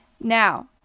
Now